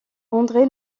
andré